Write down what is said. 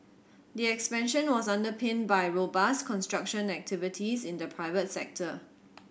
the expansion was underpinned by robust construction activities in the private sector